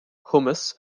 hummus